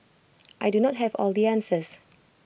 I do not have all the answers